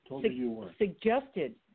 suggested